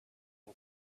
was